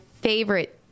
favorite